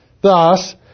Thus